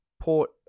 Port